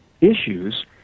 issues